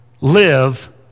live